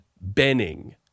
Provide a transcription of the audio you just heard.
Benning